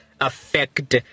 affect